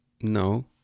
No